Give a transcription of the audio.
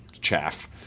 chaff